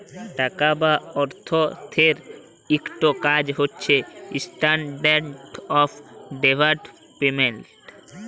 টাকা বা অথ্থের ইকট কাজ হছে ইস্ট্যান্ডার্ড অফ ডেফার্ড পেমেল্ট